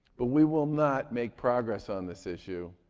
but we will not make progress on this issue,